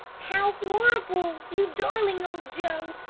how horrible! you darling old joe,